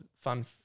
fun